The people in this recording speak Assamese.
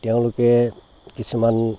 তেওঁলোকে কিছুমান